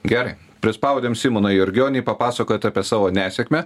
gerai prispaudėm simoną jurgionį papasakot apie savo nesėkmę